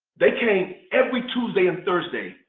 they came every tuesday and thursday,